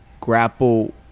grapple